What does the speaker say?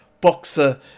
boxer